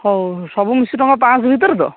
ହଉ ସବୁ ମିଶିକି ତୁମର ପାଞ୍ଚଶହ ଭିତରେ ତ